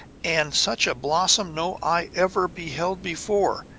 and such a blossom no eye ever beheld before.